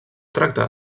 tracta